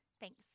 Thanks